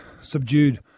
subdued